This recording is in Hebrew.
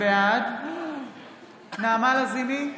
בעד נעמה לזימי,